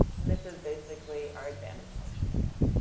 and this is basically our advantage function again.